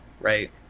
right